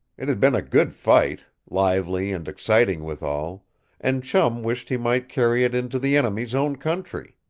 it had been a good fight lively and exciting withal and chum wished he might carry it into the enemies' own country.